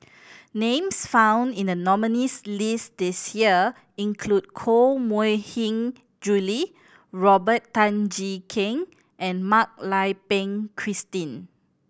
names found in the nominees' list this year include Koh Mui Hin Julie Robert Tan Jee Keng and Mak Lai Peng Christine